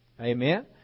Amen